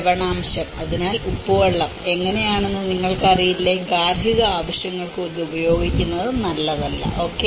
ലവണാംശം അതിനാൽ ഉപ്പുവെള്ളം എങ്ങനെയാണെന്ന് നിങ്ങൾക്കറിയില്ലേ ഗാർഹിക ആവശ്യങ്ങൾക്ക് ഇത് ഉപയോഗിക്കുന്നത് നല്ലതല്ല ഓക്കേ